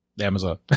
Amazon